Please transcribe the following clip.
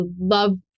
love